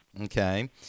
okay